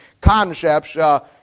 concepts